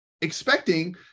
expecting